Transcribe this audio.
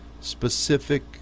specific